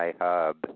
hub